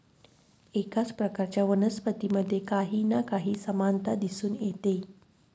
एकाच प्रकारच्या वनस्पतींमध्ये काही ना काही समानता दिसून येते